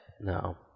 No